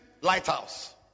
lighthouse